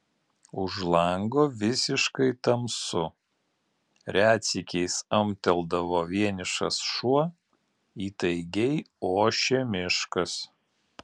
už lango visiškai tamsu retsykiais amteldavo vienišas šuo įtaigiai ošė miškas